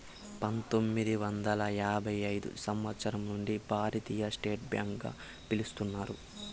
పంతొమ్మిది వందల యాభై ఐదు సంవచ్చరం నుండి భారతీయ స్టేట్ బ్యాంక్ గా పిలుత్తున్నారు